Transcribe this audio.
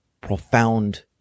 profound